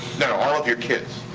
no, all of your kids.